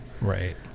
Right